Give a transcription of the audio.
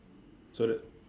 so that